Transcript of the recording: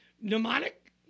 Mnemonic